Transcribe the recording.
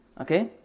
okay